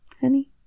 Honey